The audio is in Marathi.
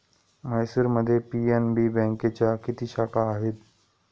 म्हैसूरमध्ये पी.एन.बी बँकेच्या किती शाखा आहेत?